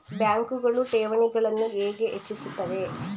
ಬ್ಯಾಂಕುಗಳು ಠೇವಣಿಗಳನ್ನು ಹೇಗೆ ಹೆಚ್ಚಿಸುತ್ತವೆ?